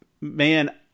man